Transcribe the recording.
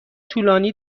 طولانی